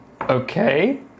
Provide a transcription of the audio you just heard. Okay